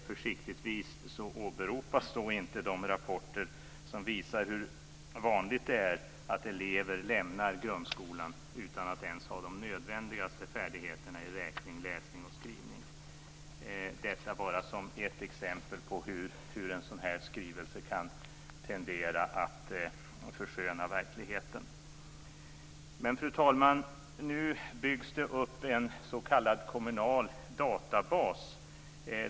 Försiktigtvis så åberopas inte de rapporter som visar hur vanligt det är att elever lämnar grundskolan utan att ens ha de nödvändigaste färdigheterna i räkning, läsning och skrivning - detta bara sagt som ett exempel på hur en sådan här skrivelse kan tendera att försköna verkligheten. Fru talman! Nu byggs det upp en s.k. kommunal databas.